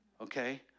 okay